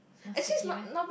not sticky meh